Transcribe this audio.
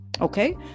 Okay